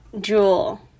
Jewel